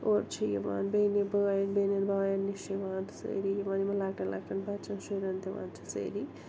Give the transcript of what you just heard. اورٕ چھِ یِوان بیٚنہِ بٲے بیٚنٮ۪ن بایَن نِش یِوان تہٕ سٲری یِمَن یِمَن لۄکٹٮ۪ن لۄکٹٮ۪ن بَچَن شُرٮ۪ن دِوان چھِ سٲری